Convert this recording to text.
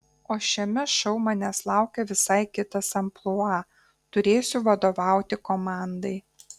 o šiame šou manęs laukia visai kitas amplua turėsiu vadovauti komandai